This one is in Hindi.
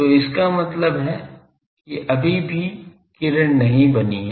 तो इसका मतलब है कि अभी भी किरण नहीं बनी है